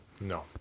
No